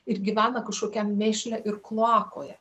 ir gyvena kažkokiam mėšle ir kloakoje